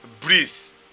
Breeze